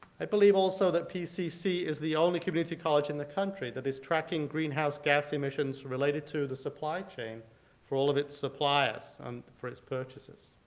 i believe also that pcc is the only community college in the country that is tracking greenhouse gas emissions related to the supply chain for all of it's suppliers um and for it's purchases.